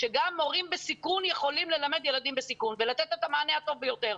שגם מורים בסיכון יכולים ללמד ילדים בסיכון ולתת את המענה הטוב ביותר.